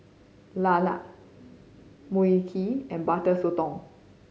lala Mui Kee and Butter Sotong